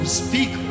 speak